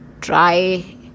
try